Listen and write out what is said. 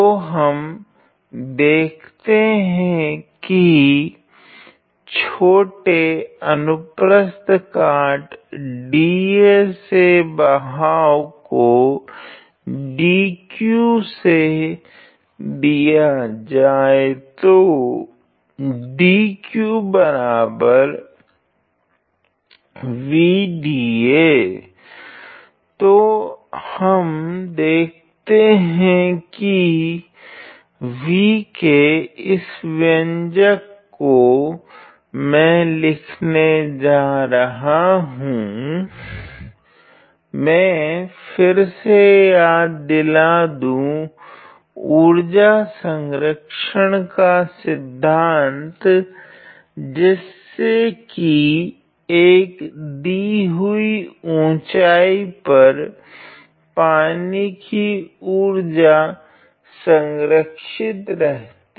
तो हम देखते हैं की छोटे अनुप्रस्थ काट dA से बहाव को dQ से दिया जाए तो तो हम देखते हैं की v के इस व्यंजक को मैं लिखने जा रहा हूँ मैं फिर से याद दिला दूँ उर्जा संरक्षण का सिद्धांत जिससे की एक दी हुए ऊँचे पर पानी की उर्जा संरक्षित रहेगी